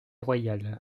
royal